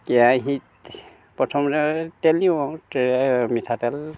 কেৰাহীত প্ৰথমতে তেল দিওঁ আৰু মিঠাতেল